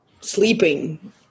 sleeping